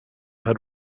had